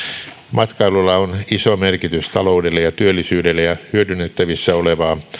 matkailulla on iso merkitys taloudelle ja työllisyydelle ja hyödynnettävissä olevaa